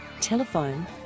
Telephone